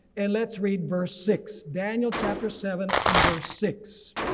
and let's read verse six. daniel chapter seven and verse six.